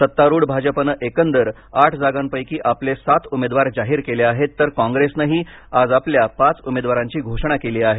सत्तारूढ भाजपाने एकंदर आठ जागांपैकी आपले सात उमेदवार जाहीर केले आहेत तर कॉंग्रेसनेही आज आपल्या पाच उमेदवारांची घोषणा केली आहे